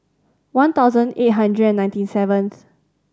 one thousand eight hundred and ninety seventh